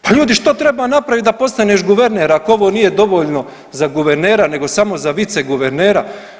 Pa ljudi što treba napraviti da postaneš guverner ako ovo nije dovoljno za guvernera, nego samo za viceguvernera.